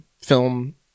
film